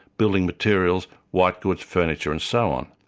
building materials, white goods, furniture and so on.